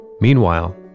Meanwhile